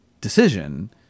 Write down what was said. decision